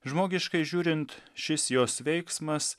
žmogiškai žiūrint šis jos veiksmas